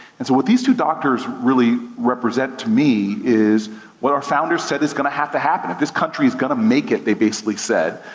and so what these two doctors really respresent to me, is what our founders said is gonna have to happen. if this country's gonna make it, they basically said,